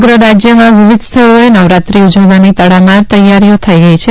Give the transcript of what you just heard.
સમગ્ર રાજ્યમાં વિવિધ સ્થળોએ નવરાત્રી ઉજવવાની તડામાર તૈયારીઓ થઇ ગઇ છે